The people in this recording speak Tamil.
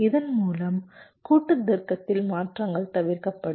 இதன் மூலம் கூட்டு தர்க்கத்தில் மாற்றங்கள் தவிர்க்கப்படும்